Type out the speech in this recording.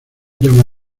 llama